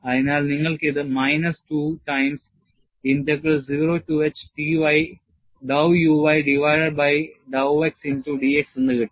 അതിനാൽ നിങ്ങൾക്ക് ഇത് minus two times integral 0 to h Ty dow uy divided by dow x into ds എന്ന് കിട്ടും